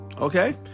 Okay